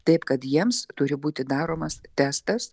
taip kad jiems turi būti daromas testas